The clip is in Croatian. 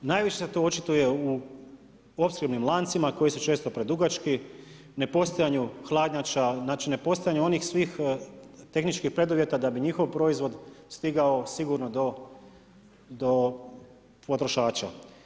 Najviše se to očituje u opskrbnim lancima koji su često predugački, nepostojanju hladnjača, znači nepostojanju onih svih tehničkih preduvjeta da bi njihov proizvod stigao sigurno do potrošača.